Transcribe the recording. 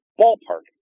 ballpark